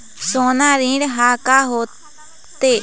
सोना ऋण हा का होते?